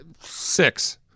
Six